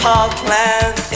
Parkland